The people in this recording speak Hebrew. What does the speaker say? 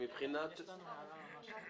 היא שאלה אותי